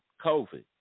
COVID